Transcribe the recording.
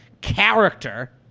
character